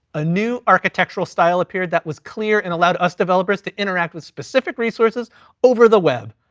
a new architectural style appeared that was clear, and allowed us developers to interact with specific resources over the web,